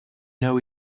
know